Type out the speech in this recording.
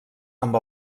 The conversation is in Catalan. amb